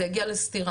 זה יגיע לסטירה.